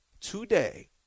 today